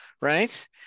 right